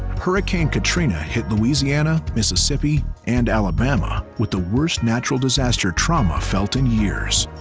hurricane katrina hit louisiana, mississippi and alabama with the worst natural disaster trauma felt in years.